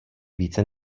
více